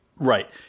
Right